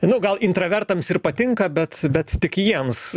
nu gal intravertams ir patinka bet bet tik jiems